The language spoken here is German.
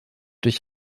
durch